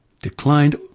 declined